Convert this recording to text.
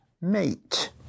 mate